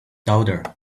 daughter